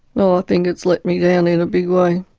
well, i think it's let me down in a big way,